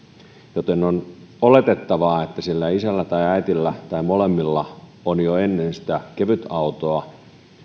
joten on oletettavaa että sillä isällä tai äidillä tai molemmilla on jo ennen kevytautoa